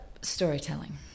storytelling